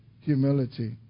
humility